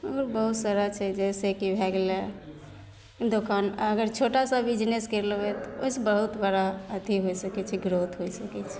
आओर भी बहुत सारा छै जइसेकि भै गेलै दोकान अगर छोटासा बिजनेस करि लेबै तऽ ओहिसे बहुत बड़ा अथी होइ सकै छै ग्रोथ होइ सकै छै